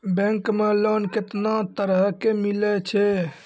Bank मे loan कैतना तरह के मिलै छै?